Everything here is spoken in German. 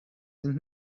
sind